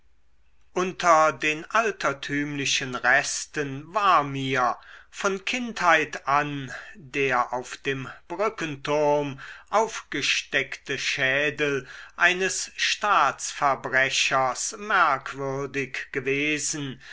unter den altertümlichen resten war mir von kindheit an der auf dem brückenturm aufgesteckte schädel eines staatsverbrechers merkwürdig gewesen